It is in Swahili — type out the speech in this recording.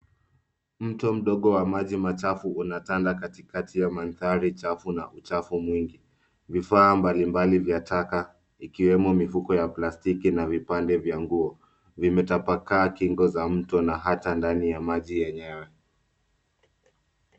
Mto mdogo wa maji machafu unatanda katikati ya mandhari chafu na uchafu mwingi. Vifaa mbalimbali vya taka vikiwemo mifuko ya plastiki na vipande vya nguo vimetapakaa kingo za mto na hata ndani ya maji yenyewe.